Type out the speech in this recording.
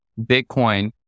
Bitcoin